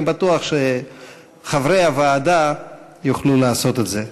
אני בטוח שחברי הוועדה יוכלו לעשות את זה.